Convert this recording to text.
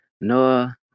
Noah